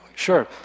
Sure